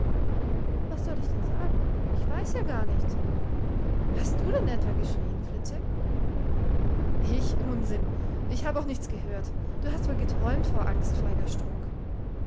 was soll ich denn sagen ich weiß ja gar nichts hast du denn etwa geschrieen fliczek ich unsinn ich hab auch nichts gehört du hast wohl geträumt vor angst feiger strunk